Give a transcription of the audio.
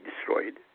destroyed